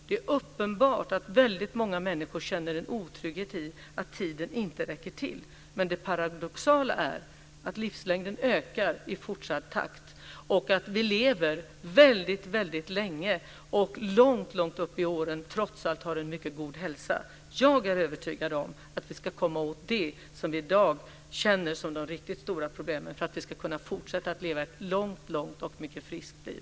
Det är uppenbart att väldigt många människor känner en otrygghet i att tiden inte räcker till, men det paradoxala är att livslängden ökar i fortsatt ökad takt, att vi lever väldigt länge, långt upp i åren och trots allt har en mycket god hälsa. Jag är övertygad om att vi ska komma åt det som vi i dag känner som de riktigt stora problemen för att vi ska kunna fortsätta att leva ett långt och mycket friskt liv.